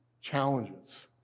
challenges